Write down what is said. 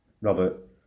Robert